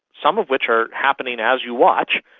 some of which are happening as you watch,